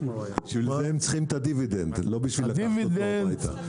בשביל זה הם צריכים את הדיבידנד לא בשביל לקחת אותו הביתה.